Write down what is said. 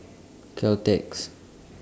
Caltex